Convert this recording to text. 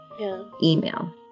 email